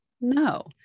No